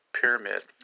pyramid